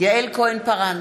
יעל כהן-פארן,